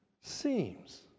seems